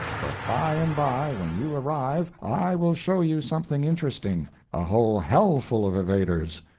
but by and by, when you arrive, i will show you something interesting a whole hell-full of evaders!